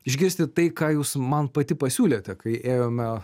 išgirsti tai ką jūs man pati pasiūlėte kai ėjome